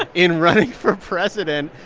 ah in running for president,